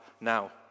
now